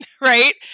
right